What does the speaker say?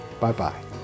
Bye-bye